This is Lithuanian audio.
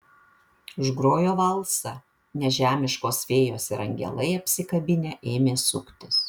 užgrojo valsą nežemiškos fėjos ir angelai apsikabinę ėmė suktis